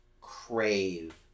crave